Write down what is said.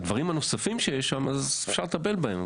הדברים הנוספים שיש שם, אפשר לטפל בהם.